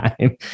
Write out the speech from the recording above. time